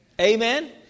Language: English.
Amen